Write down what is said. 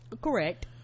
Correct